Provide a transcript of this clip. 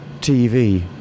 tv